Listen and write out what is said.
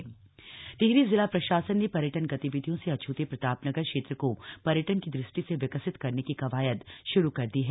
टिहरी झील टिहरी जिला प्रशासन ने पर्यटन गतिविधियों से अछूते प्रतापनगर क्षेत्र को पर्यटन की दृष्टि से विकसित करने की कवायद श्रू कर दी है